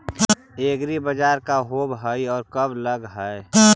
एग्रीबाजार का होब हइ और कब लग है?